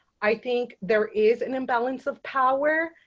i think there is an imbalance of power.